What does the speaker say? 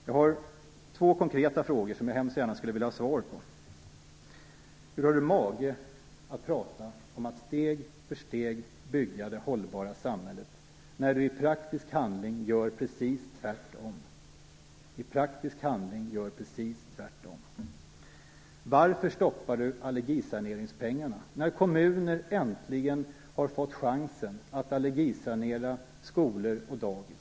Jag har två konkreta frågor som jag hemskt gärna skulle vilja ha svar på: Hur har Göran Persson mage att prata om att steg för steg bygga det hållbara samhället när han i praktisk handling gör precis tvärtom? Varför stoppar Göran Persson allergisaneringspengarna, när kommuner äntligen har fått chansen att allergisanera skolor och dagis?